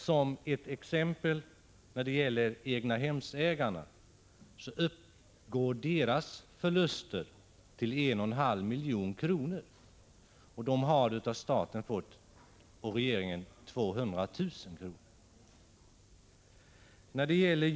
Som ett exempel kan nämnas att egnahemsägarnas förluster uppgår till 1,5 milj.kr. — och de har av staten och regeringen fått 200 000 kr.